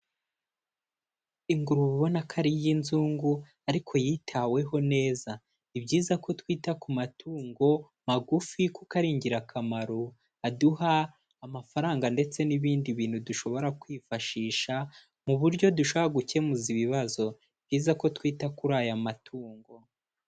Ingurube ubona ko ari iy'inzungu ariko yitaweho neza. Ni byiza ko twita ku matungo magufi kuko ari ingirakamaro aduha amafaranga ndetse n'ibindi bintu dushobora kwifashisha mu buryo dushobora gukemuza ibibazo. Ni byiza ko twita kuri aya matungo.